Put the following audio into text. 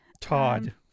Todd